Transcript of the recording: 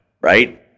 right